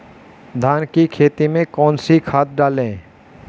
धान की खेती में कौन कौन सी खाद डालें?